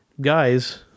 guys